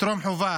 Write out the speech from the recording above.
בטרום-חובה